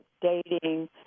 dating